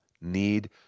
need